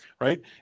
right